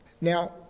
Now